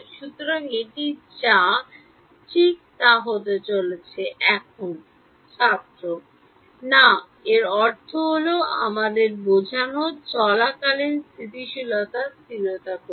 সুতরাং এটি যা ঠিক তা হতে চলেছে এখন না এর অর্থ হল আমাদের বোঝানো চলাকালীন স্থিতিশীলতার স্থিরতা ঠিক করি